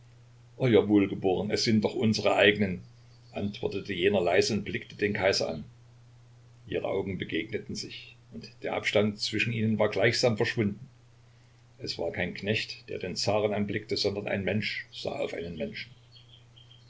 euer wohlgeboren es sind doch unsere eigenen antwortete jener leise und blickte den kaiser an ihre augen begegneten sich und der abstand zwischen ihnen war gleichsam verschwunden es war kein knecht der den zaren anblickte sondern ein mensch sah auf einen menschen